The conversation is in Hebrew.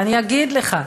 ואני אגיד לך,